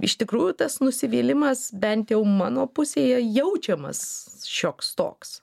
iš tikrųjų tas nusivylimas bent jau mano pusėje jaučiamas šioks toks